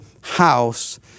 house